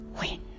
win